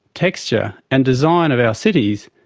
texture and design of our cities,